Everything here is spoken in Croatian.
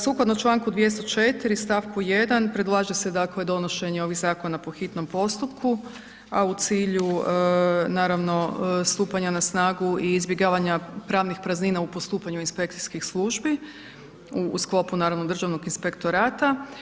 Sukladno članku 204. stavku 1. predlaže se dakle donošenje ovih zakona po hitnom postupku a u cilju naravno stupanja na snagu i izbjegavanja pravnih praznina u postupanju inspekcijskih službi u sklopu naravno Državnog inspektorata.